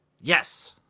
Yes